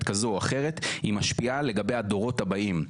כזו או אחרת היא משפיעה לגבי הדורות הבאים,